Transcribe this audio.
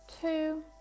two